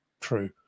true